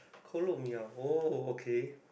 Kolo-Mee ah oh okay